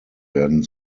werden